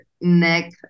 neck